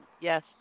Yes